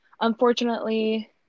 unfortunately